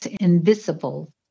Invisible